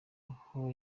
aho